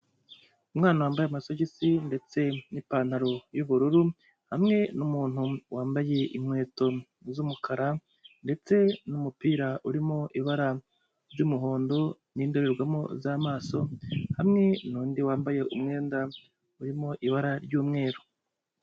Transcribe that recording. Umwana wambaye amasogisi, ndetse niipantaro y'ubururu, hamwe n'umuntu wambaye inkweto z'umukara, ndetse n'umupira urimo ibara ry'umuhondo, nindorerwamo z'amaso, hamwe n'undi wambaye umwenda urimo ibara ry'umweru.